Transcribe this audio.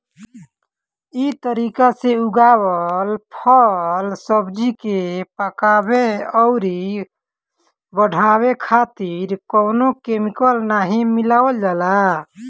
इ तरीका से उगावल फल, सब्जी के पकावे अउरी बढ़ावे खातिर कवनो केमिकल नाइ मिलावल जाला